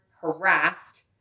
harassed